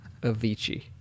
Avicii